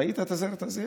ראית את הסרט הזה?